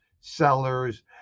sellers